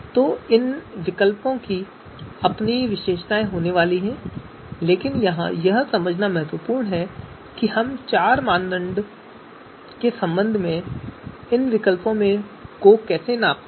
तो इन तीन विकल्पों की अपनी विशेषताएं होने वाली हैं लेकिन यहां यह समझना महत्वपूर्ण है कि हम मानदंड के संबंध में इन विकल्पों को कैसे मापते हैं